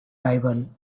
rival